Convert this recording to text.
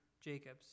Jacob's